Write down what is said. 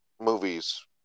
movies